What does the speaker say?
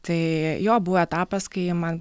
tai jo buvo etapas kai man